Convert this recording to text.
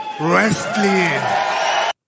wrestling